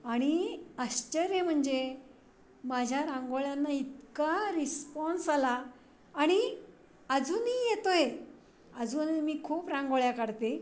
आणि आश्चर्य म्हणजे माझ्या रांगोळ्यांना इतका रिस्पॉन्स आला आणि अजूनही येतो आहे अजून मी खूप रांगोळ्या काढते